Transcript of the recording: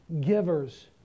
givers